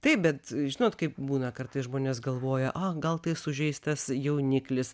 taip bet žinot kaip būna kartais žmonės galvoja a gal tai sužeistas jauniklis